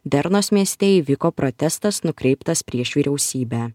dernos mieste įvyko protestas nukreiptas prieš vyriausybę